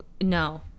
no